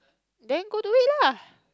then go do it lah